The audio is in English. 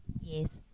Yes